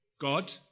God